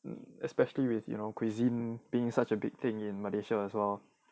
mm especially with you know cuisine being such a big thing in malaysia as well